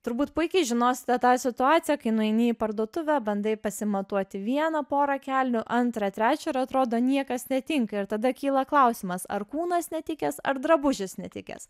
turbūt puikiai žinosite tą situaciją kai nueini į parduotuvę bandai pasimatuoti vieną porą kelnių antrą trečią ir atrodo niekas netinka ir tada kyla klausimas ar kūnas netikęs ar drabužis netikęs